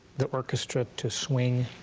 the orchestra to swing?